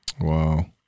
Wow